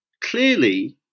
Clearly